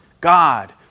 God